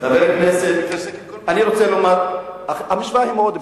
פשוטה, המשוואה היא מאוד פשוטה: